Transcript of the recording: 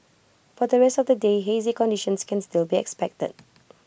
for the rest of the day hazy conditions can still be expected